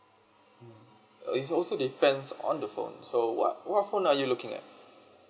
mm is also depends on the phone so what what phone are you looking at